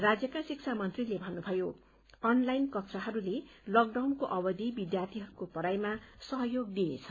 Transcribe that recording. राज्यका शिक्षा मन्त्रीले भन्नुभयो अनलाइन कक्षाहरूले लकडाउनको अवधि विद्यार्थीहरूको पढ़ाइमा सहयोग दिनेछ